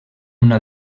una